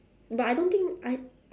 but I don't think I